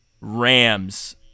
Rams